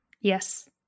Yes